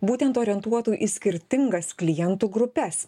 būtent orientuotų į skirtingas klientų grupes